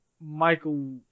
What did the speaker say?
Michael